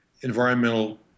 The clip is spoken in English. environmental